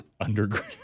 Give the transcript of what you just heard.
Underground